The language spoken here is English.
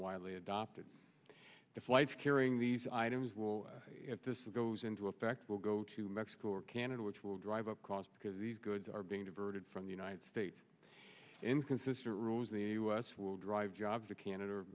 widely adopted the flights carrying these items will goes into effect will go to mexico or canada which will drive up costs because these goods are being diverted from the united states inconsistent rules in the us will drive jobs to canada or